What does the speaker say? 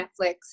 Netflix